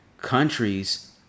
countries